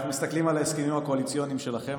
אנחנו מסתכלים על ההסכמים הקואליציוניים שלכם.